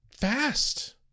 fast